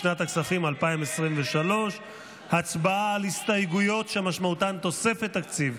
לשנת הכספים 2023. הצבעה על הסתייגויות שמשמעותן תוספת תקציב,